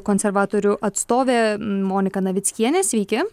konservatorių atstovė monika navickienė sveiki